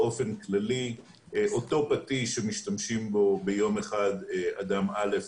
באופן כללי אותו פטיש שמשתמשים בו ביום אחד אדם אל"ף,